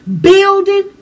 building